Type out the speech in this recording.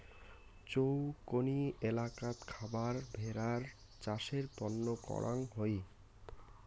চৌকনি এলাকাত খাবার ভেড়ার চাষের তন্ন করাং হই